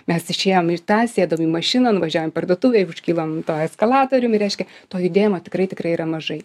mes išėjom į tą sėdom į mašiną nuvažiavom į parduotuvę užkilom tuo eskalatoriumi reiškia to judėjimo tikrai tikrai yra mažai